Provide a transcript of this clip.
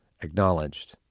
acknowledged